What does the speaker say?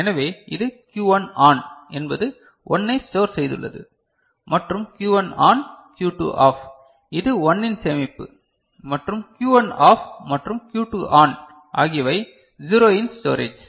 எனவே இது Q1 ON என்பது 1 ஐ ஸ்டோர் செய்துள்ளது மற்றும் Q1 ON Q2 OFF இது 1 இன் சேமிப்பு மற்றும் Q1 OFF மற்றும் Q2 ON ஆகியவை 0 இன் ஸ்டோரேஜ்